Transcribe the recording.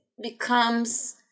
becomes